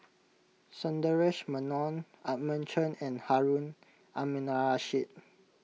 Sundaresh Menon Edmund Chen and Harun Aminurrashid